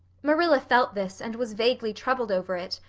marilla felt this and was vaguely troubled over it,